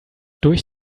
durch